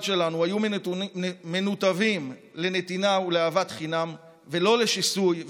שלנו היו מנותבים לנתינה ולאהבת חינם ולא לשיסוי ולפילוג.